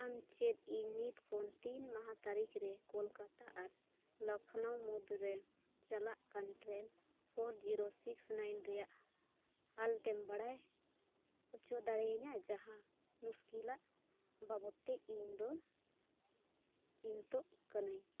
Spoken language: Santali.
ᱟᱢ ᱪᱮᱫ ᱤᱧ ᱱᱤᱛ ᱠᱷᱚᱱ ᱛᱤᱱ ᱢᱟᱦᱟ ᱛᱟᱹᱨᱤᱠᱷ ᱨᱮ ᱠᱳᱞᱠᱟᱛᱟ ᱟᱨ ᱞᱚᱠᱷᱱᱳ ᱢᱩᱫᱽᱨᱮ ᱪᱟᱞᱟᱜ ᱠᱟᱱ train four zero six nine ᱨᱮᱭᱟᱜ ᱦᱟᱞᱚᱛᱮᱢ ᱵᱟᱲᱟᱭ ᱦᱚᱪᱚ ᱫᱟᱲᱮᱭᱤᱧᱟᱹ ᱡᱟᱦᱟᱸ ᱢᱩᱥᱠᱤᱞᱟᱜ ᱵᱟᱵᱚᱫ ᱛᱮ ᱤᱧᱫᱚ ᱪᱤᱱᱛᱟᱹᱜ ᱠᱟᱹᱱᱟᱹᱧ